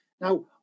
Now